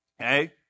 Okay